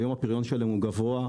היום הפריון שלהם הוא גבוה,